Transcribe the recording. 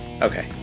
Okay